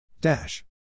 Dash